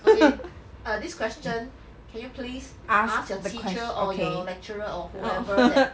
okay err this question can you please ask your teacher or your lecturer or whoever that